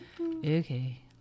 okay